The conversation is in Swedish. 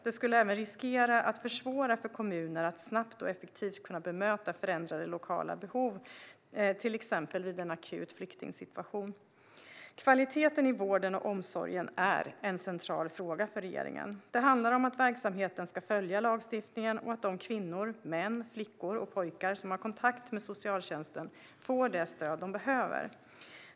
Det skulle även riskera att försvåra för kommuner att snabbt och effektivt kunna bemöta förändrade lokala behov, till exempel vid en akut flyktingsituation. Kvaliteten i vården och omsorgen är en central fråga för regeringen. Det handlar om att verksamheten ska följa lagstiftningen och att de kvinnor, män, flickor och pojkar som har kontakt med socialtjänsten får det stöd de behöver.